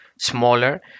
smaller